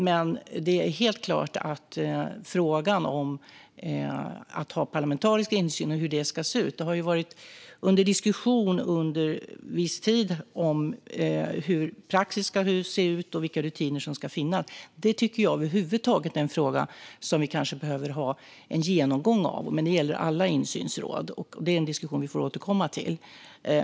När det gäller frågan om att ha parlamentarisk insyn och hur det ska se ut har det varit under diskussion under viss tid hur praxis ska se ut och vilka rutiner som ska finnas. Det tycker jag är en fråga som vi kanske behöver ha en genomgång av. Det gäller alla insynsråd och är en diskussion vi får återkomma till.